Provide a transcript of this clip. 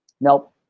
Nope